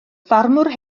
ffarmwr